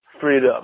freedom